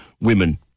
women